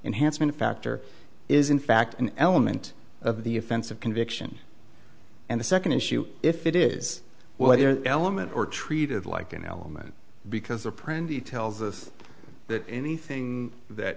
enhanced one factor is in fact an element of the offense of conviction and the second issue if it is well element or treated like an element because of print he tells us that anything that